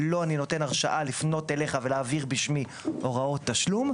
לו אני נותן הרשאה לפנות אליך ולהעביר בשמי הוראות תשלום",